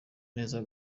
neza